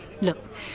Look